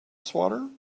swatter